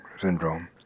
syndrome